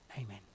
Amen